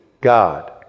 God